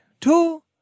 two